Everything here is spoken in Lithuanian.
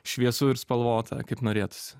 šviesu ir spalvota kaip norėtųsi